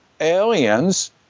aliens